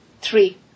three